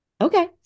Okay